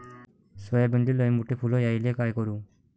सोयाबीनले लयमोठे फुल यायले काय करू?